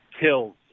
kills